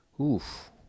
Oof